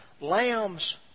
Lambs